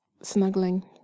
snuggling